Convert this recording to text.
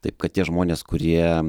taip kad tie žmonės kurie